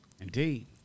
indeed